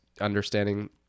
understanding